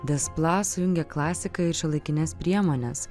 des pla jungia klasiką ir šiuolaikines priemones